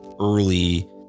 early